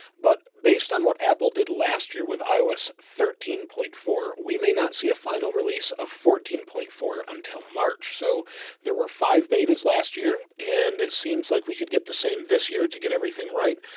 but based on what apple did last year with ios thirteen point four, we may not see a final release of fourteen point four until march. so there were five betas last year, and it seems like we could get the same this year to get everything right.